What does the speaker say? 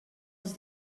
els